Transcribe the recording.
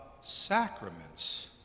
sacraments